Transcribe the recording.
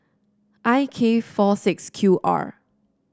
I K four six Q R